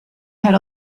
had